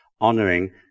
honoring